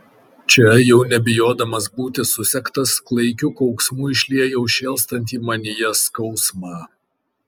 čia jau nebijodamas būti susektas klaikiu kauksmu išliejau šėlstantį manyje skausmą